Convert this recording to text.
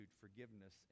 forgiveness